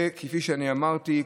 וכפי שאמרתי,